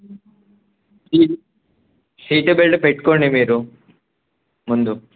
SIT seat belt పెట్టుకోండి మీరు ముందు